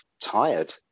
tired